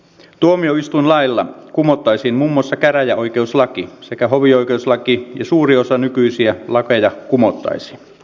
tuomioistuinlailla kumottaisiin muun muassa käräjäoikeuslaki sekä hovioikeuslaki ja suuri osa nykyisiä lakeja kumottaisiin